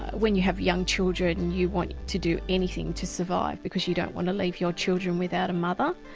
when you have young children and you want to do anything to survive because you don't want to leave your children without a mother.